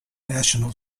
national